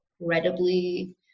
incredibly